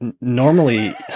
normally